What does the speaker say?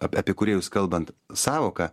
ap apie kūrėjus kalbant sąvoka